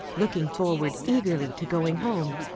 looking forward eagerly to going home,